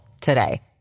today